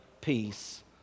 peace